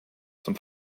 zum